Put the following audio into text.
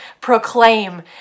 proclaim